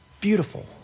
beautiful